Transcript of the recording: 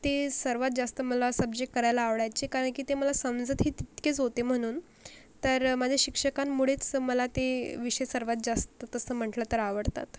ते सर्वात जास्त मला सब्जेक् करायला आवडायचे कारण ते मला समजतही तितकेच होते म्हणून तर माझ्या शिक्षकांमुळेच मला ते विषय सर्वात जास्त तसं म्हटलं तर आवडतात